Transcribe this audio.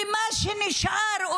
למה שנשאר,